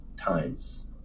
times